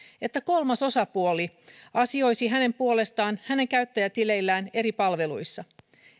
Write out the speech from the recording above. että kolmas osapuoli asioisi hänen puolestaan hänen käyttäjätileillään eri palveluissa